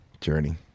Journey